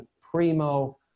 primo